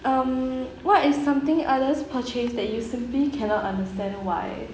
um what is something others purchased that you simply cannot understand why